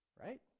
right